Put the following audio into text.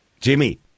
Jimmy